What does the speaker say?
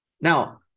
Now